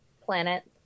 planet